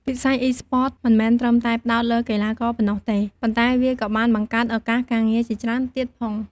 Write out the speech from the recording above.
វិស័យ Esports មិនមែនត្រឹមតែផ្ដោតលើកីឡាករប៉ុណ្ណោះទេ ប៉ុន្តែវាក៏បានបង្កើតឱកាសការងារជាច្រើនទៀតផង។